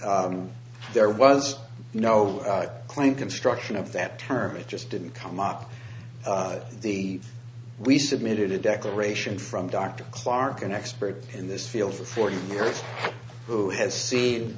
the there was no claim construction of that term it just didn't come up the we submitted a declaration from dr clark an expert in this field for forty years who has seen